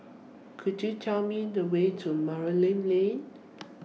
Could YOU Tell Me The Way to Lane